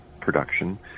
production